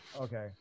okay